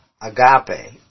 agape